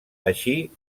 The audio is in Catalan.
així